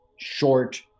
short